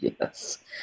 Yes